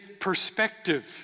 perspective